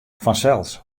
fansels